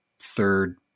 third